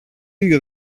ίδιο